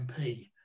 MP